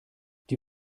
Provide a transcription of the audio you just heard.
die